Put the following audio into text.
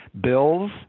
bills